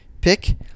Pick